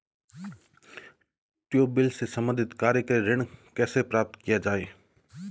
Tubewell से संबंधित कार्य के लिए ऋण कैसे प्राप्त किया जाए?